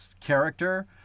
character